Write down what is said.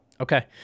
okay